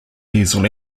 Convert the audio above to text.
diesel